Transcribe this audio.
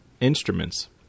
instruments